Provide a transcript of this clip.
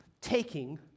taking